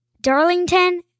Darlington